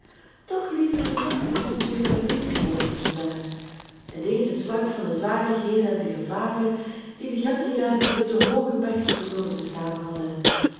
toch liever de jachtavonturen van rudy hoorde vertellen en deze sprak van de zwarigheden en de gevaren die de gemzenjagers op de hooge bergtoppen door te staan hadden